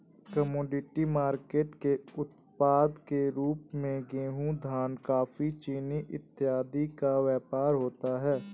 commodity market के उत्पाद के रूप में गेहूं धान कॉफी चीनी इत्यादि का व्यापार होता है